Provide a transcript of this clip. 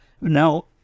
Now